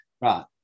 Right